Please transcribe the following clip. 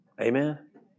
Amen